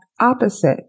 opposite